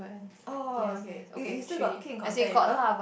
oh okay you you still got keep in contact with her